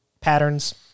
patterns